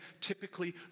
typically